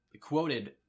quoted